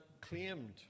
claimed